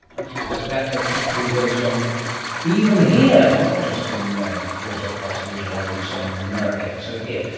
i see, so that that sort of thing goes on even here, not just in various other parts of israel and so on, in america, so here.